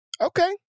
Okay